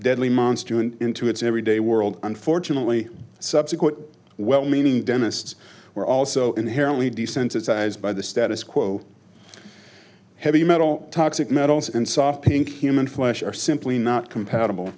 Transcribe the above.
monster into its every day world unfortunately subsequent well meaning dentists were also inherently desensitized by the status quo heavy metal toxic metals and soft pink human flesh are simply not compatible